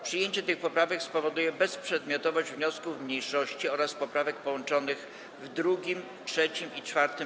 Przyjęcie tych poprawek spowoduje bezprzedmiotowość wniosków mniejszości oraz poprawek połączonych w blokach drugim, trzecim i czwartym.